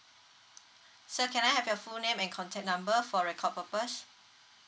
sir can I have your full name and contact number for record purpose